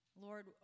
Lord